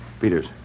Peters